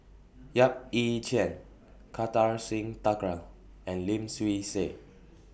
Yap Ee Chian Kartar Singh Thakral and Lim Swee Say